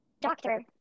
Doctor